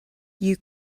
you